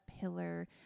pillar